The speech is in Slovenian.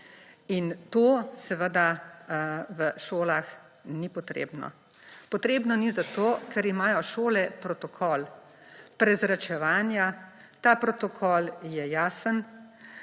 To seveda v šolah ni potrebno. Potrebno ni zato, ker imajo šole protokol prezračevanja, ta protokol je jasen